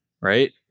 right